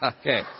Okay